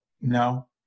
no